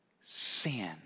sin